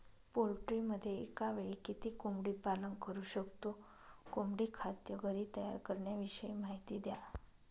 पोल्ट्रीमध्ये एकावेळी किती कोंबडी पालन करु शकतो? कोंबडी खाद्य घरी तयार करण्याविषयी माहिती द्या